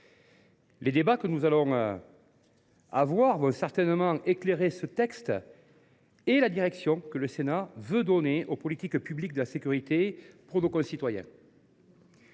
Les débats qui s’ouvrent éclaireront certainement ce texte et la direction que le Sénat souhaite donner aux politiques publiques de sécurité pour nos concitoyens.